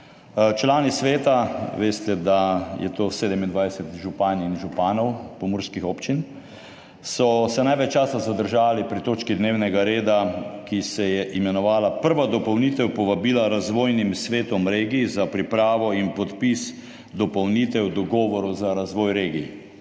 Člani sveta – veste, da je to 27 županj in županov pomurskih občin – so se največ časa zadržali pri točki dnevnega reda, ki se je imenovala Prva dopolnitev povabila razvojnim svetom regij za pripravo in podpis dopolnitev dogovorov za razvoj regij.